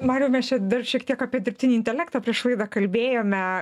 marijau mes čia dar šiek tiek apie dirbtinį intelektą prieš laidą kalbėjome